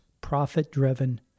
profit-driven